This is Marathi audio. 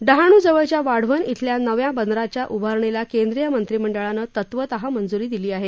डहाणू जवळच्या वाढवण इथं नव्या बंदराच्या उभारणीला केंद्रीय मंत्रीमंडळानं तत्वतः मंजुरी दिली आहे